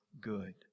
good